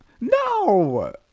No